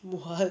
what